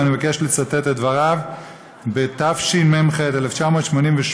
ואני מבקש לצטט את דבריו בתשמ"ח 1988,